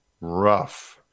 rough